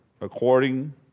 according